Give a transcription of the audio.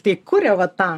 tai kuria va tą